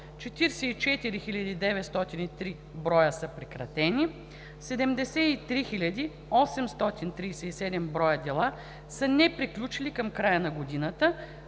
44 903 броя са прекратени, 73 837 броя дела са неприключили към края на годината,